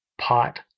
Pot